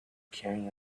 carrying